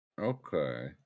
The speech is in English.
Okay